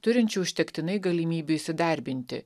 turinčių užtektinai galimybių įsidarbinti